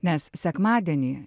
nes sekmadienį